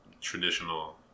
traditional